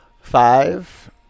five